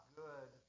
good